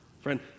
Friend